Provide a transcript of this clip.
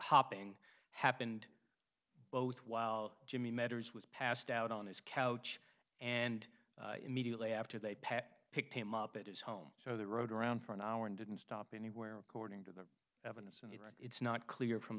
hopping happened both while jimmy medders was passed out on his couch and immediately after they pat picked him up at his home so they rode around for an hour and didn't stop anywhere according to the evidence and it's not clear from